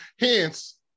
Hence